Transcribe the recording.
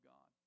God